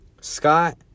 Scott